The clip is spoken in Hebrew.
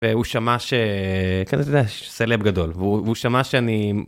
הוא שמע שזה סלב גדול והוא שמע שאני.